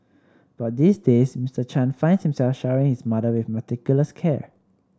but these days Mister Chan finds himself showering his mother with meticulous care